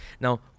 now